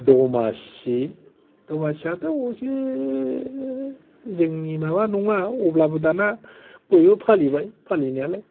दमासि दमासियाथ' अब'से जोंनि माबा नङा अब्लाबो दाना बयबो फालिबाय फालिनायालाय